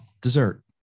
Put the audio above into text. Dessert